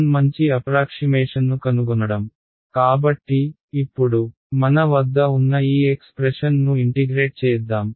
slide టైమ్ని చూడండి 1132 కాబట్టి ఇప్పుడు మన వద్ద ఉన్న ఈ ఎక్స్ప్రెషన్ను ఇంటిగ్రేట్ చేద్దాం